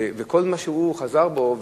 וכל מה שהוא חזר בו,